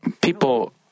People